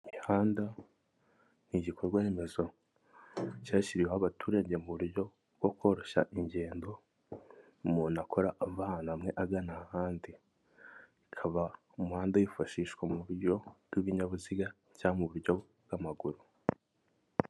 Imihanda ni igikorwaremezo cyashyiriweho abaturage mu buryo bwo koroshya ingendo umuntu akora ava ahantu hamwe agana ahandi, bikaba umuhanda wifashishwa mu buryo bw'ibinyabiziga cyangwa mu buryo bw'amaguru.